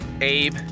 Abe